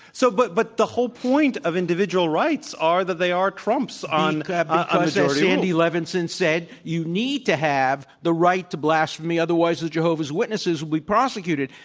so, but but the whole point of individual rights are that they are trumps on ah majority rule. sandy levinson said, you need to have the right to blasphemy, otherwise the jehovah's witnesses would be prosecuted.